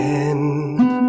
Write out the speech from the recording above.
end